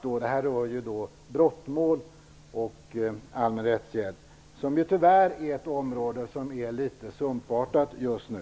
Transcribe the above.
Det rör brottmål och allmän rättshjälp, som är ett område som tyvärr är litet sumpartat just nu.